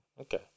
okay